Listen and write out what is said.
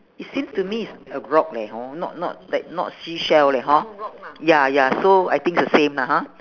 it seems to me is a rock leh hor not not like not seashell leh hor ya ya so I think it's the same lah ha